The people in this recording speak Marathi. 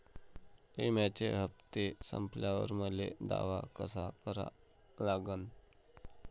बिम्याचे हप्ते संपल्यावर मले दावा कसा करा लागन?